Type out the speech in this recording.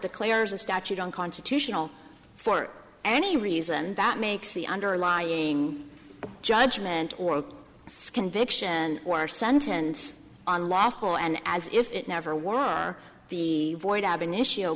declares a statute unconstitutional for any reason that makes the underlying judgment or a conviction or sentence unlawful and as if it never wore the void a